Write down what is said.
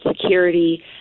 Security